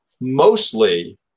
Mostly